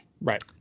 right